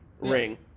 ring